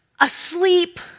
asleep